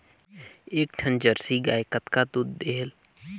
एक ठन जरसी गाय कतका दूध देहेल?